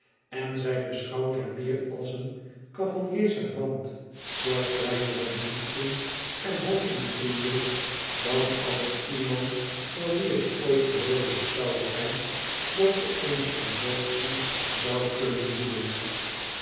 en zij beschouwt hem meer als een cavalier servant voor kleinere diensten en hofintriguetjes dan als iemand voor wien het ooit mogelijk zoû zijn dat ze eene emotie zoû kunnen voelen